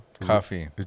Coffee